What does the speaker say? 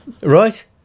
Right